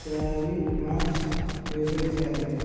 ଚାରି ମାର୍ଚ୍ଚ ଦୁଇହଜାର ଚାରି